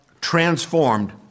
transformed